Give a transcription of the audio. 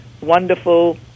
wonderful